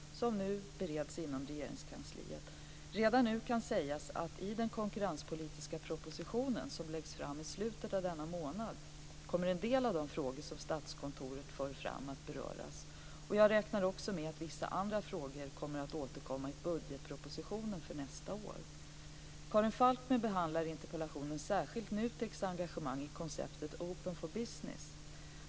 Dessa bereds nu inom Redan nu kan sägas att i den konkurrenspolitiska propositionen som läggs fram i slutet av denna månad kommer en del av de frågor som Statskontoret för fram att beröras. Jag räknar också med att vissa andra frågor återkommer i budgetpropositionen för nästa år. NUTEK:s engagemang i konceptet Open for Business, OBF.